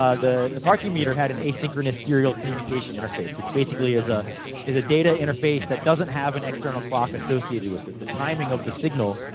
ah the the parking meter had an asynchronous serial communication interface. which basically is ah is a data interface, that doesn't have an external clock associated with it. the timing of the signal,